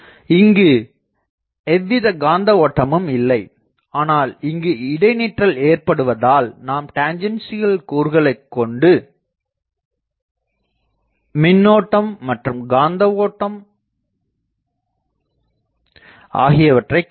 இங்கு எவ்வித காந்த ஓட்டமும் இல்லை ஆனால் இங்கு இடைநிற்றல் ஏற்படுவதால் நாம் டெஞ்சன்சியல் கூறுகளைக் கொண்டு மின்னோட்டம் மற்றும் காந்த ஓட்டம் ஆகியவற்றைக் காணலாம்